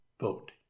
vote